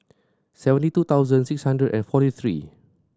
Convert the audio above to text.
seventy two thousand six hundred and forty three